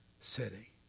city